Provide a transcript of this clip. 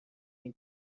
این